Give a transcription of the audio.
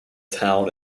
town